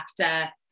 actor